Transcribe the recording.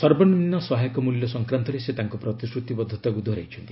ସର୍ବନିମ୍ନ ସହାୟକ ମୂଲ୍ୟ ସଫକ୍ରାନ୍ତରେ ସେ ତାଙ୍କ ପ୍ରତିଶ୍ରତିବଦ୍ଧତାକୁ ଦୋହରାଇଛନ୍ତି